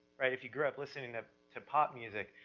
right? if you grew up listening to to pop music,